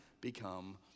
become